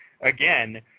Again